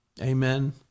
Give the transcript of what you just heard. Amen